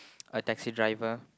a taxi driver